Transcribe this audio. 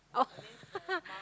oh